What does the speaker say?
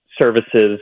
Services